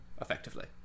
effectively